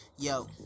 Yo